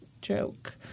joke